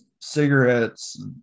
cigarettes